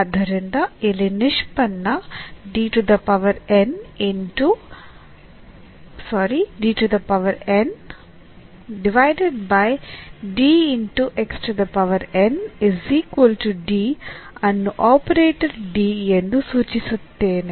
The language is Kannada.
ಆದ್ದರಿಂದ ಇಲ್ಲಿ ನಿಷ್ಪನ್ನ ಅನ್ನು ಆಪರೇಟರ್ D ಎಂದು ಸೂಚಿಸುತ್ತೇನೆ